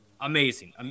amazing